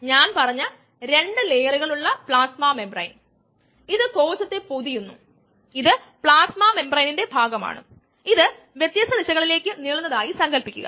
rPk3 ES V അതിനാൽമുകളിൽ നിന്നും നമ്മൾ എൻസൈം സബ്സ്ട്രേറ്റ് കോംപ്ലക്സ് കോൺസെൻട്രേഷനു സബ്സ്റ്റിട്യൂട്ട് ചെയ്യാം നമുക്ക് ഉൽപന്ന രൂപീകരണത്തിന്റെ നിരക്ക് ലഭിക്കും